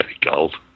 gold